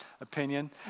opinion